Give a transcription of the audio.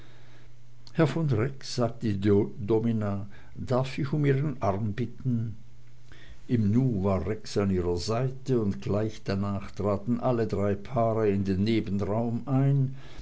herr von rex sagte die domina darf ich um ihren arm bitten im nu war rex an ihrer seite und gleich danach traten alle drei paare in den nebenraum ein